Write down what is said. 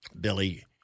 Billy